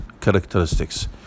characteristics